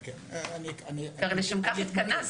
הרי לשם כך התכנסנו.